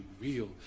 real